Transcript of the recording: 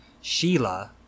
Sheila